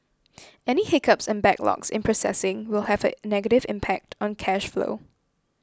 any hiccups and backlogs in processing will have a negative impact on cash flow